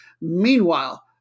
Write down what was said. Meanwhile